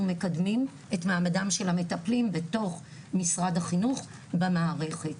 מקדמים את מעמדם של המטפלים בתוך משרד החינוך במערכת.